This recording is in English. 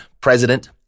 President